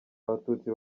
abatutsi